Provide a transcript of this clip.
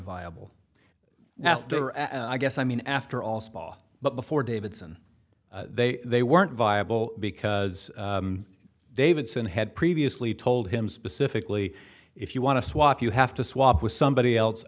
viable after i guess i mean after all spa but before davidson they they weren't viable because davidson had previously told him specifically if you want to swap you have to swap with somebody else